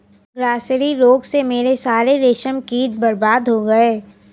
grasserie रोग से मेरे सारे रेशम कीट बर्बाद हो गए